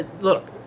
Look